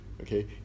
okay